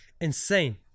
insane